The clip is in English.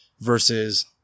versus